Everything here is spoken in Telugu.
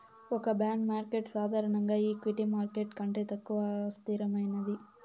ఒక బాండ్ మార్కెట్ సాధారణంగా ఈక్విటీ మార్కెట్ కంటే తక్కువ అస్థిరమైనది